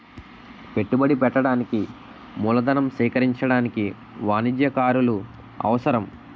పెట్టుబడి పెట్టడానికి మూలధనం సేకరించడానికి వాణిజ్యకారులు అవసరం